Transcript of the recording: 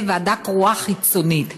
שבאמת תהיה ועדה קרואה חיצונית.